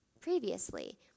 previously